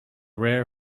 rare